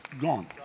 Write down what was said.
Gone